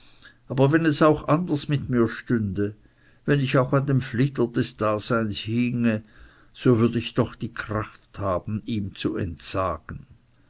aber wenn es auch anders mit mir stünde wenn ich auch an dem flitter des daseins hinge so würd ich doch die kraft haben ihm zu entsagen